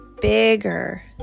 bigger